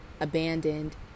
abandoned